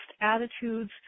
attitudes